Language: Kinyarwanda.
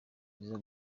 byiza